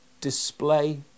display